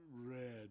red